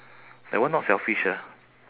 that one not selfish ah